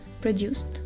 produced